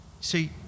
See